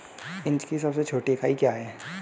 Inch की सबसे छोटी इकाई क्या है?